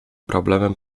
problemem